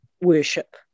worship